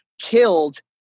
killed